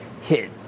hit